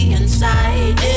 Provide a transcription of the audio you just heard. inside